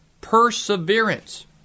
perseverance